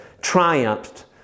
triumphed